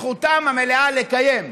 זכותם המלאה לקיים.